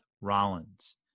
Rollins